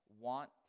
want